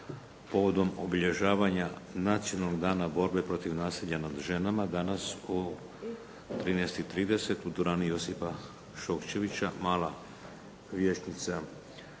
povodom obilježavanja Nacionalnog dana borbe protiv nasilja nad ženama danas u 13 i 30 u dvorani Josipa Šokčevića, Mala vijećnica.